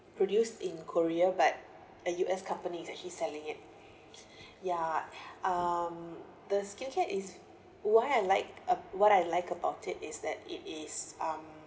produced in korea but a U_S company is actually selling it ya um the skincare is why I like uh what I like about it is that it is um